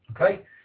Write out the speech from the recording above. Okay